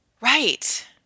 Right